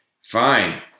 Fine